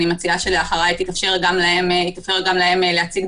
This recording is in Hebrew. אני מציעה שלאחר יתאפשר גם להם להציג,